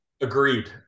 Agreed